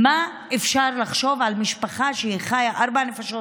מה אפשר לחשוב על משפחה של ארבע נפשות,